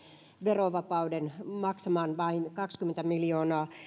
verovapauden maksavan vain kaksikymmentä miljoonaa